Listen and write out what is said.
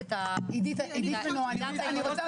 גם אליו, אם יש מבחן כזה.